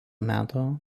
meto